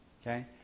Okay